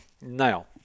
now